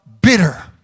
bitter